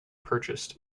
purchased